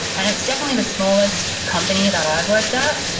and it's definitely the smallest company that i've worked at.